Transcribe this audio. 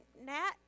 Nat